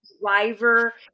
driver